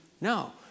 No